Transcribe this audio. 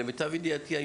למיטב ידיעתי,